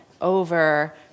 over